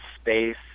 space